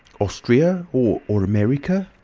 ostria, or or america?